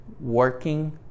working